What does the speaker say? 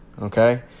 okay